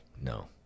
No